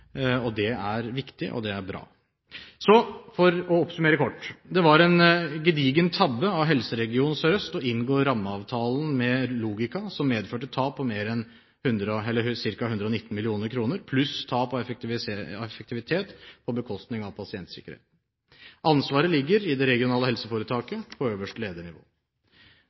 Det er viktig, og det er bra! Så for å oppsummere kort: Det var en gedigen tabbe av helseregion Sør-Øst å inngå rammeavtalen med Logica, som medførte tap av ca. 119 mill. kr pluss tap av effektivitet på bekostning av pasientsikkerheten. Ansvaret ligger i det regionale helseforetaket – på øverste ledernivå.